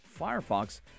Firefox